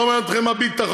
לא מעניין אתכם כלום.